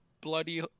bloody